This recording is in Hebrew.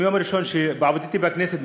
מהיום הראשון לעבודתי בכנסת,